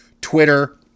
Twitter